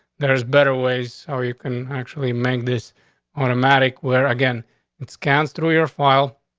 there's better ways so you can actually make this automatic where again it scans through your file.